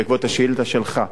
בעקבות השאילתא שלך,